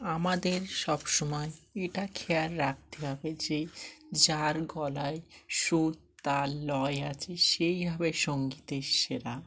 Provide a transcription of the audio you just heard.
আমাদের সব সময় এটা খেয়াল রাখতে হবে যে যার গলায় সুর তাল লয় আছে সেই হবে সঙ্গীতের সেরা